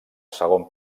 segon